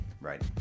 Right